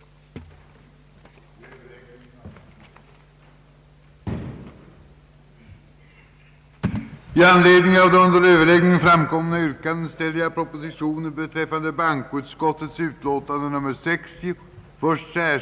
I propositionen hade framlagts förslag till ny lagstiftning om exekution i lön, dvs. om införsel och utmätning i lön, och om skydd mot exekution i viss egendom. Införsel skulle kunna användas för samma slags fordringar som för närvarande eller sålunda för familjerättsliga underhållsfordringar, vissa